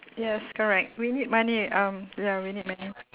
yes correct we need money um ya we need money